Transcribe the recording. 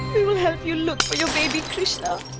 we will help you look for your baby krishna.